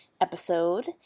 episode